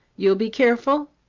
you'll be careful?